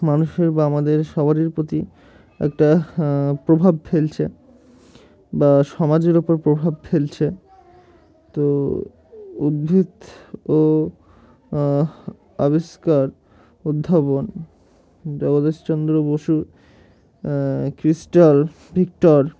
মানুষের বা আমাদের সবার প্রতি একটা প্রভাব ফেলছে বা সমাজের ওপর প্রভাব ফেলছে তো উদ্ভিদ ও আবিষ্কার উদ্ভাবন জগদীশচন্দ্র বসু ক্রিস্টাল ভিক্টর